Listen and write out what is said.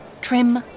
trim